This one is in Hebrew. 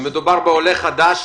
איך יכול להיות מצב